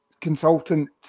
consultant